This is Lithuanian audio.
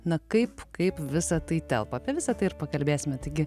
na kaip kaip visa tai telpa apie visa tai ir pakalbėsime taigi